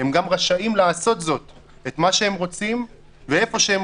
הם גם רשאים לעשות מה שהם רוצים ואיפה שהם